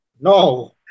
No